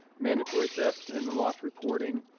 mandatory theft and loss reporting.